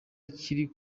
kiri